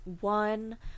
One